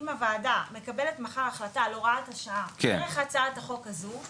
אם הוועדה מקבלת מחר החלטה להוראת השעה דרך הצעת החוק הזו,